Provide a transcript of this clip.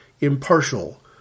impartial